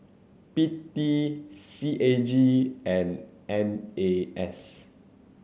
P T C A G and N A S